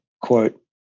quote